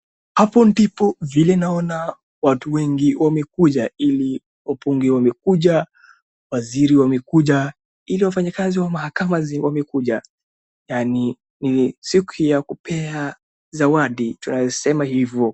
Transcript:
Hapo ndipo vile naona watu wengi wamekuja ili wabunge wamekuja waziri wamekuja ili wafanye kazi wa mahakama wamekuja yaani ni siku ya kupea zawadi tunaisema hivo.